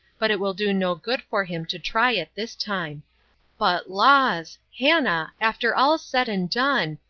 but it will do no good for him to try it this time but, laws! hannah! after all's said and done,